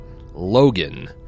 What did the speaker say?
Logan